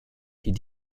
die